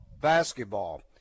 basketball